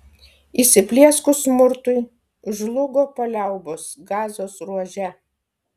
įsiplieskus smurtui žlugo paliaubos gazos ruože